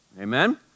amen